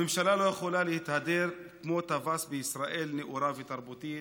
הממשלה לא יכולה להתהדר כמו טווס בישראל נאורה ותרבותית